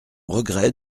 regret